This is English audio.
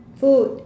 food